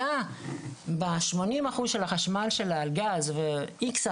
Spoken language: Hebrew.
הוא יכול להגיע מספר מסוים והוא יכול להגיע לאפס,